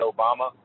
Obama